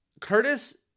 Curtis